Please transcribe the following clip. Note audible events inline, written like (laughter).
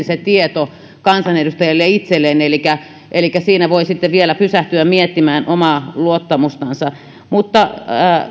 (unintelligible) se tieto annetaan kansanedustajalle itselleen elikkä elikkä siinä voi sitten vielä pysähtyä miettimään omaa luottamustansa mutta